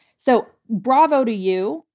so bravo to you.